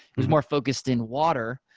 it was more focused in water.